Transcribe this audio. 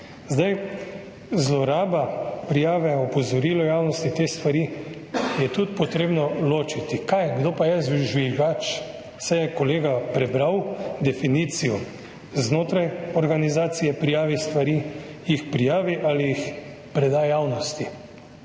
Zloraba prijave opozoril v javnosti, te stvari je tudi potrebno ločiti, kaj je, kdo pa je žvižgač. Saj je kolega prebral definicijo. Znotraj organizacije prijavi stvari, jih prijavi ali jih preda javnosti.